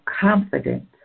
confident